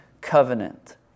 Covenant